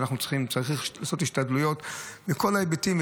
שצריך לעשות השתדלויות בכל ההיבטים,